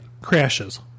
crashes